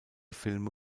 filme